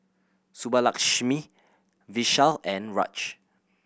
Subbulakshmi Vishal and Raj